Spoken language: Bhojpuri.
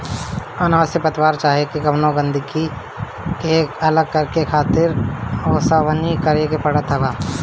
अनाज से पतवार चाहे कवनो गंदगी के अलग करके खातिर ओसवनी करे के पड़त हवे